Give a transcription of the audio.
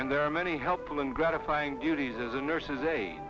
and there are many helpful and gratifying duties as a nurse's